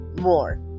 more